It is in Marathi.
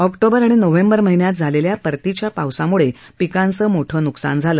ऑक्टोबर आणि नोव्हेंबर महिन्यात झालेल्या परतीच्या पावसामुळे पीकांच मोठ न्कसान झालं